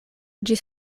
ĝis